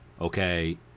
okay